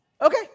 Okay